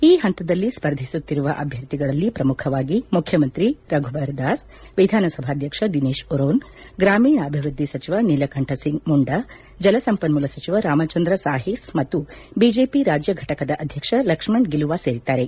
ಈ ಪಂತದಲ್ಲಿ ಸ್ತರ್ಧಿಸುತ್ತಿರುವ ಅಭ್ಯರ್ಥಿಗಳಲ್ಲಿ ಪ್ರಮುಖವಾಗಿ ಮುಖ್ಯಮಂತ್ರಿ ರಘುಬರ್ ದಾಸ್ ವಿಧಾನಸಭಾಧ್ಯಕ್ಷ ದಿನೇಶ್ ಒರೋನ್ ಗ್ರಾಮೀಣಾಭಿವ್ಯದ್ಲಿ ಸಚಿವ ನೀಲಕಂಠ್ ಸಿಂಗ್ ಮುಂಡಾ ಜಲ ಸಂಪನ್ನೂಲ ಸಚಿವ ರಾಮಚಂದ್ರ ಸಾಹಿಸ್ ಮತ್ತು ಬಿಜೆಪಿ ರಾಜ್ಯ ಘಟಕದ ಅಧ್ಯಕ್ಷ ಲಕ್ಷ್ಮಣ್ ಗಿಲುವಾ ಸೇರಿದ್ದಾರೆ